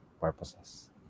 purposes